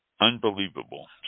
unbelievable